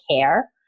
care